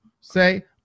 say